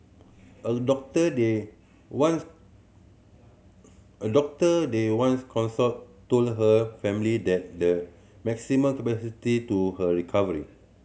a doctor they once a doctor they once consulted told her family that the maximum capacity to her recovery